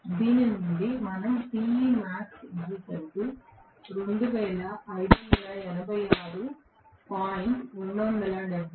దీని నుండి మనం చేరుకోవచ్చు